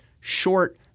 short